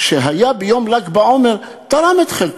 שהיה ביום ל"ג בעומר תרם את חלקו,